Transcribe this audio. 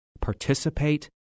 Participate